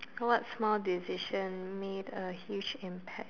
what small decision made a huge impact